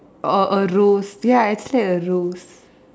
or a rose ya actually a rose